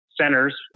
centers